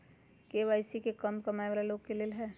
KYC का कम कमाये वाला लोग के लेल है?